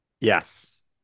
yes